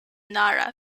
nara